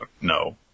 no